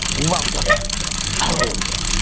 welcome home.